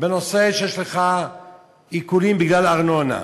בנושא שיש לך עיקולים בגלל ארנונה,